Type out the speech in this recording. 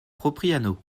propriano